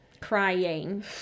Crying